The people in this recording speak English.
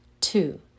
Two